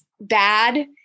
bad